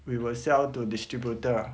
we will sell to distributor